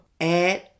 add